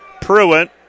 Pruitt